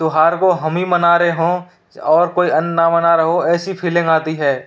त्योहार को हम ही मना रहे हों और कोई अन्य ना मना रहा हो ऐसी फीलिंग आती है